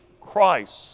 Christ